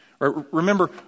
Remember